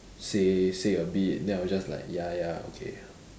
say say a bit then I will just like ya ya okay